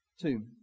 Two